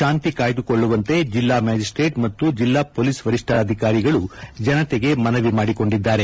ಶಾಂತಿ ಕಾಯ್ದುಕೊಳ್ಳುವಂತೆ ಜಿಲ್ಲಾ ಮ್ಯಾಜಿಸ್ಟೇಟ್ ಮತ್ತು ಜಿಲ್ಲಾ ಪೊಲೀಸ್ ವರಿಷ್ಠಾಧಿಕಾರಿಗಳು ಜನತೆಗೆ ಮನವಿ ಮಾಡಿದ್ದಾರೆ